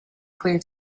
clear